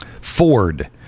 Ford